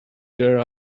there